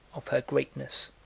of her greatness.